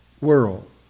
world